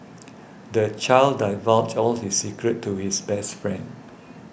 the child divulged all his secrets to his best friend